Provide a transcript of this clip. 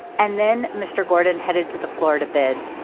and then mr. gordon headed to the florida bid,